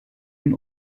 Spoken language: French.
une